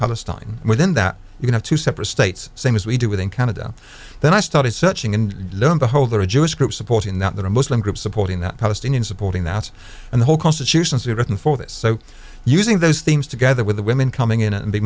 palestine within that you can have two separate states same as we do within canada then i started searching and lo and behold there are jewish groups supporting that there are muslim groups supporting that palestinians supporting that and the whole constitutions are written for this so using those themes together with the women coming in and be